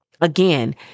again